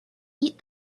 eat